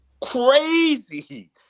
crazy